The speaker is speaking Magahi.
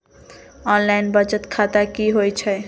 ऑनलाइन बचत खाता की होई छई?